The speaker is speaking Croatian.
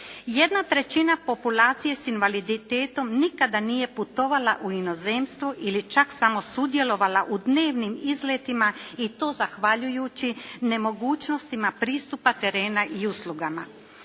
Jedna trećina populacije s invaliditetom nikada nije putovala u inozemstvo ili čak samo sudjelovala u dnevnim izletima i to zahvaljujući nemogućnostima pristupa terena i uslugama.